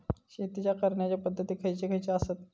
शेतीच्या करण्याचे पध्दती खैचे खैचे आसत?